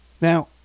now